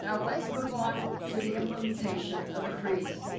ah let's move on to the implementation of the freeze.